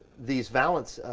these valance,